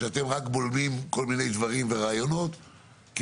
שאתם רק בולמים כל מיני דברים ורעיונות כי